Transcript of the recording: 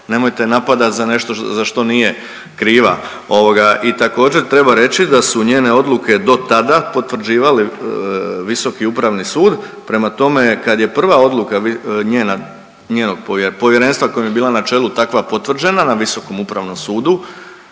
nemojte je napadat za nešto za što nije kriva. I također treba reći da su njene odluke do tada potvrđivale Visoki upravni sud, prema tome kad je prva odluka njena, njenog povjerenstva kojem je bila na čelu takva potvrđena na Visokom upravnom sudu